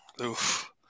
Oof